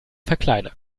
verkleinern